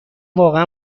واقعا